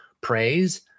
praise